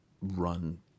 run